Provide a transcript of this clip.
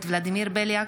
ולדימיר בליאק,